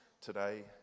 today